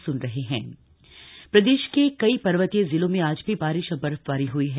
मौसम प्रदेश के कई पर्वतीय जिलों में आज भी बारिश और बर्फबारी हुई है